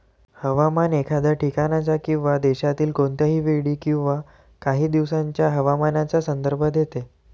हवामान एखाद्या ठिकाणाच्या किंवा देशातील कोणत्याही वेळी किंवा काही दिवसांच्या हवामानाचा संदर्भ देते